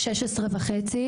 ט': שש עשרה וחצי.